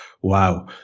wow